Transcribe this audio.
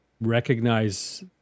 recognize